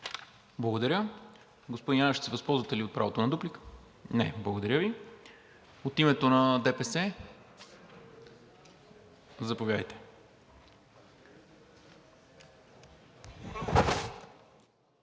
Благодаря. Господин Янев, ще се възползвате ли от правото на дуплика? Не. Благодаря Ви. От името на ДПС – заповядайте.